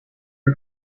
are